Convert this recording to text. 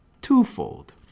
twofold